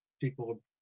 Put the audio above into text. people